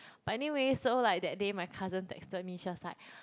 but anyways so like that day my cousin texted me she was like